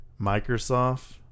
Microsoft